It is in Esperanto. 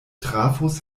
trafos